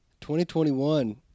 2021